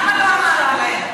למה לא אמרת להם?